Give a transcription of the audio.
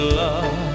love